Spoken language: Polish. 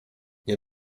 nie